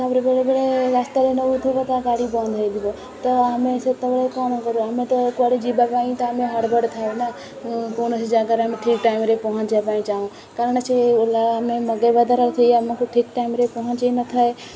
ତା'ପରେ ବେଳେ ବେଳେ ରାସ୍ତାରେ ନଉଥିବ ତା ଗାଡ଼ି ବନ୍ଦ ହେଇଥିବ ତ ଆମେ ସେତେବେଳେ କ'ଣ କରୁ ଆମେ ତ କୁଆଡ଼େ ଯିବା ପାଇଁ ତ ଆମେ ହଡ଼ଗଡ଼ ଥାଉ ନା କୌଣସି ଜାଗାରେ ଆମେ ଠିକ୍ ଟାଇମ୍ରେ ପହଞ୍ଚିବା ପାଇଁ ଚାଉଁ କାରଣ ସେ ଓଲା ଆମେ ମଗାଇବା ଦ୍ୱାରା ଆମକୁ ଠିକ୍ ଟାଇମ୍ରେ ପହଞ୍ଚାଇ ନଥାଏ